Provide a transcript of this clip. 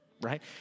right